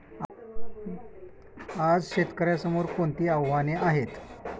आज शेतकऱ्यांसमोर कोणती आव्हाने आहेत?